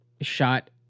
shot